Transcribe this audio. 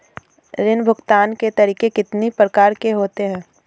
ऋण भुगतान के तरीके कितनी प्रकार के होते हैं?